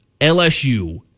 LSU –